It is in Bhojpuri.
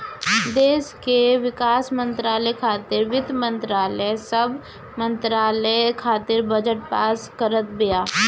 देस के विकास खातिर वित्त मंत्रालय सब मंत्रालय खातिर बजट पास करत बिया